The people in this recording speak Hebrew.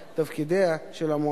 תודה לראש העיר אילת ולכל מלוויו